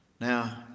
Now